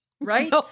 Right